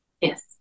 Yes